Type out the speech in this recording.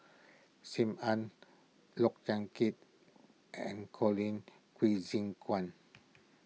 Sim Ann Look Yan Kit and Colin Qi Zhe Quan